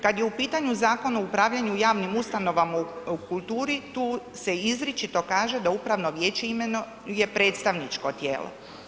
Kad je u pitanju zakon o upravljanju javnim ustanovama u kulturi, tu se izričito kaže da upravno vijeće imenuje predstavničko tijelo.